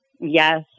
Yes